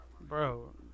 Bro